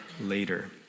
later